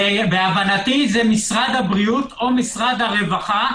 להבנתי זה משרד הבריאות או משרד הרווחה.